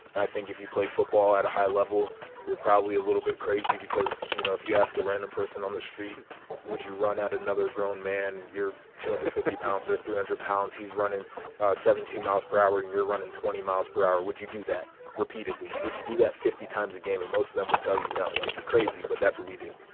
i think if you play football at a high level you're probably a little bit crazy because you know if you ask a random person on the street would you run out another grown man you're two hundred and fifty pounds or three hundred pounds he's running seventy miles per hour and you're running twenty miles per hour would you do that repeatedly. would you do that fifty times a game. and most of them would tell you know like crazy but that's what we do